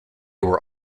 were